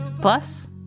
Plus